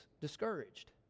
discouraged